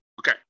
Okay